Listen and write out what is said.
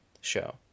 show